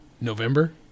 November